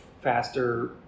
faster